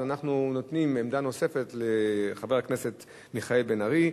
אנחנו נותנים עמדה נוספת לחבר הכנסת מיכאל בן-ארי,